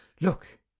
look